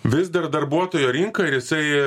vis dar darbuotojo rinka ir jisai